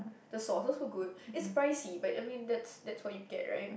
the sauces were good it's pricey but I mean that's that's what you get right